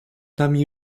nami